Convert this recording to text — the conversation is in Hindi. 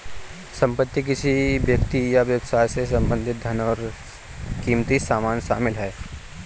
संपत्ति किसी व्यक्ति या व्यवसाय से संबंधित धन और अन्य क़ीमती सामान शामिल हैं